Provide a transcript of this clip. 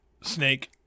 snake